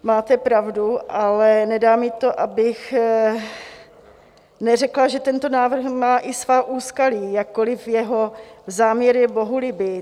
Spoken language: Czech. Máte pravdu, ale nedá mi to, abych neřekla, že tento návrh má i svá úskalí, jakkoliv jeho záměr je bohulibý.